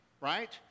Right